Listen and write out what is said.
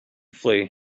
flee